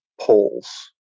polls